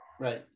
right